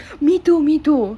me too me too